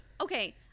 okay